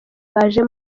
baje